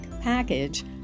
package